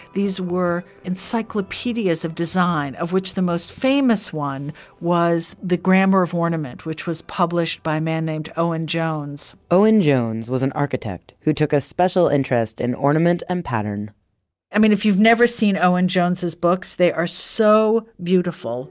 these were encyclopedias of design. of which the most famous one was the grammar of ornament which was published by a man named owen jones. owen jones was an architect, who took a special interest in ornament and pattern i mean if you've never seen owen jones' books, they are so beautiful